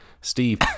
Steve